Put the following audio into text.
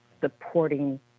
supporting